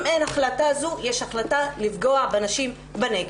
אם לא תתקבל ההחלטה הזו המשמעות היא שיש החלטה לפגוע בנשים בנגב.